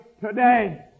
today